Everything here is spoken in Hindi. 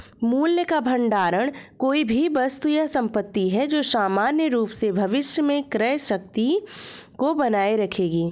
मूल्य का भंडार कोई भी वस्तु या संपत्ति है जो सामान्य रूप से भविष्य में क्रय शक्ति को बनाए रखेगी